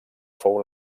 fou